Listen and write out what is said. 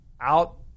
out